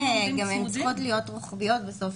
ההחלטות גם צריכות להיות רוחביות בסוף.